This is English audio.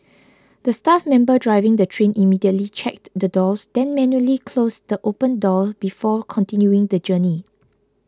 the staff member driving the train immediately checked the doors then manually closed the open door before continuing the journey